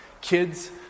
Kids